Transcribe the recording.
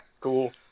Cool